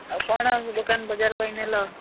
ଆଉ କ'ଣ ଦୋକାନ ବଜାର ପାଇଁ ନେଲ